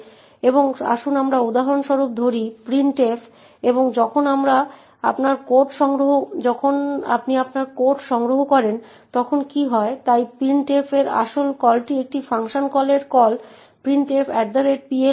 তাহলে আসুন আমরা প্রথমে এটিকে চলমান দেখি বা আমরা প্রোগ্রামটিকে আগের মতো করে পরিষ্কার করি এবং তারপরে তৈরি করি